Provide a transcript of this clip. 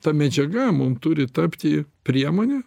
ta medžiaga mum turi tapti priemone